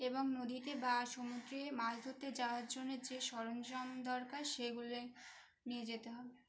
এবং নদীতে বা সমুদ্রে মাছ ধরতে যাওয়ার জন্য যে সরঞ্জাম দরকার সেগুলো নিয়ে যেতে হবে